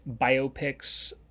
biopics